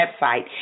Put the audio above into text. website